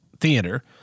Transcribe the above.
Theater